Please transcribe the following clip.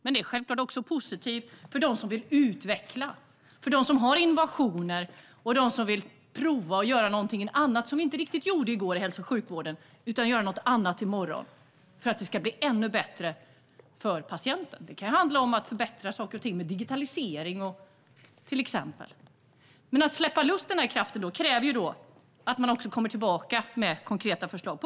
Men det är självfallet också positivt för dem som vill utveckla, som har innovationer och som vill prova att göra något som vi inte riktigt gjorde inom hälso och sjukvården i går. De vill göra något annat i morgon för att det ska bli ännu bättre för patienten. Det kan handla om att förbättra saker och ting med exempelvis digitalisering. För att släppa loss den här kraften krävs att regeringen kommer med konkreta förslag.